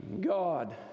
God